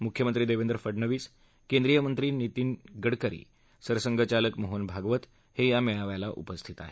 मख्यमंत्री देवेंद्र फडणवीस केंद्रीयमंत्री नितीन गडकरी सरसंघचालक मोहन भागवत हे या मेळाव्याला उपस्थित आहेत